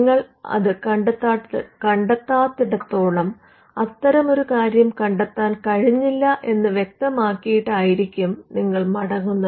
നിങ്ങൾ അത് കണ്ടെത്താത്തിടത്തോളം അത്തരം ഒരു കാര്യം കണ്ടെത്താൻ കഴിഞ്ഞില്ല എന്ന് വ്യക്തമാക്കിയിട്ടായിരിക്കും നിങ്ങൾ മടങ്ങുന്നത്